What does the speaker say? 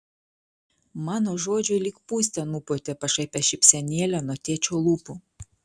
mano žodžiai lyg pūste nupūtė pašaipią šypsenėlę nuo tėčio lūpų